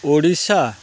Odisha